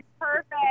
perfect